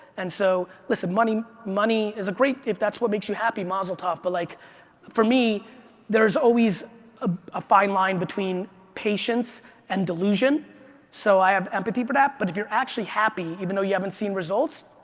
and so listen, money, money is a great, if that's what makes you happy mazel tov. but like for me there's always ah a fine line between patience and delusion so i have empathy for that but if you're actually happy, even though you haven't seen results,